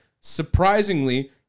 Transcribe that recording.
Surprisingly